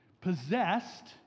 possessed